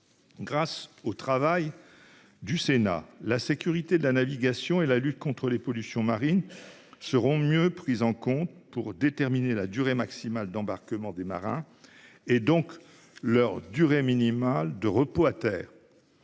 Grâce au travail du Sénat, la sécurité de la navigation et la lutte contre les pollutions marines seront mieux prises en compte pour déterminer la durée maximale d'embarquement des marins, et donc leur durée minimale de repos à terre.